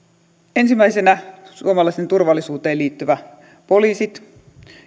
ensimmäisenä suomalaisten turvallisuuteen liittyvät poliisit